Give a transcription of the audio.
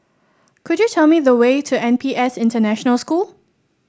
could you tell me the way to N P S International School